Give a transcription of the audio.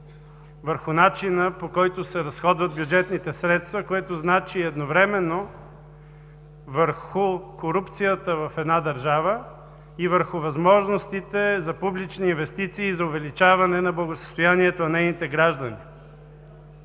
върху начина, по който се разходват бюджетните средства, което значи едновременно върху корупцията в една държава, върху възможностите за публични инвестиции и за увеличаване на благосъстоянието на нейните граждани.